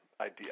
idea